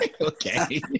okay